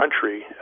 country